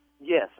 Yes